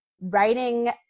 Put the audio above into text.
writing